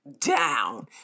down